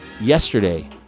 Yesterday